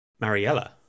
Mariella